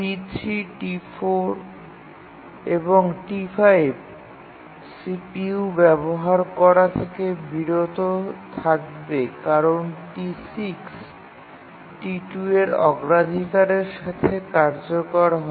T3 T4 এবং T5 CPU ব্যবহার করা থেকে বিরত থাকবে কারণ T6 T2 এর অগ্রাধিকারের সাথে কার্যকর হয়